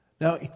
Now